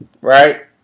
right